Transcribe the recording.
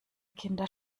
kinder